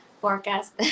forecast